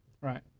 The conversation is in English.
Right